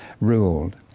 ruled